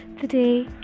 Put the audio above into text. today